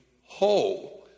whole